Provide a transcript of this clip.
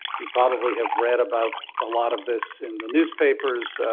you probably have read about a lot of this in the newspapers,